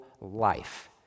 life